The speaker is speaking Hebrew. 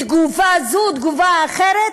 תגובה זו, תגובה אחרת.